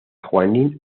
junín